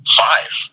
five